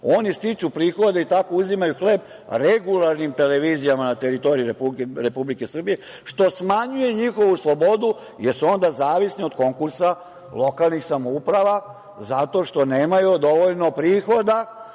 oni stiču prihode i tako uzimaju hleb regularnim televizijama na teritoriji Republike Srbije, što smanjuje njihovu slobodu, jer su onda zavisni od konkursa lokalnih samouprava zato što nemaju dovoljno prihoda